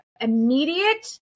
immediate